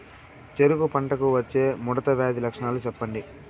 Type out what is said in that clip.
చెరుకు పంటకు వచ్చే ముడత వ్యాధి లక్షణాలు చెప్పండి?